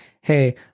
Hey